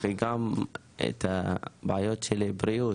ס': כן וגם את הבעיות של בריאות,